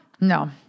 No